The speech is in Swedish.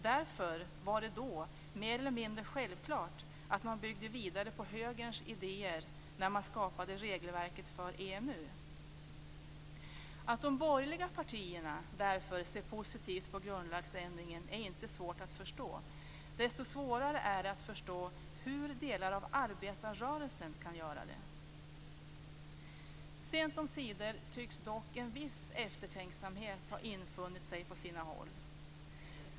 Därför var det då mer eller mindre självklart att man byggde vidare på Högerns idéer när man skapade regelverket för EMU. Att de borgerliga partierna därför ser positivt på grundlagsändringen är inte svårt att förstå. Desto svårare är det att förstå hur delar av arbetarrörelsen kan göra det. Sent omsider tycks dock en viss eftertänksamhet ha infunnit sig på sina håll.